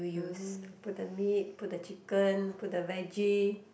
mm put the meat put the chicken put the vege